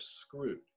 screwed